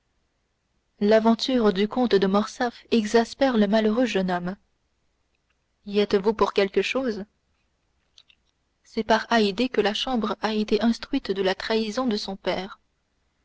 l'aventure du comte de morcerf exaspère le malheureux jeune homme y êtes-vous pour quelque chose c'est par haydée que la chambre a été instruite de la trahison de son père